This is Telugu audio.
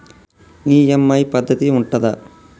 ఈ.ఎమ్.ఐ పద్ధతి ఉంటదా?